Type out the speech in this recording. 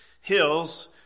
hills